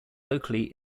locally